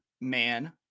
man